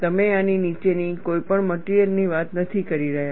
તમે આની નીચેની કોઈપણ મટિરિયલ ની વાત નથી કરી રહ્યા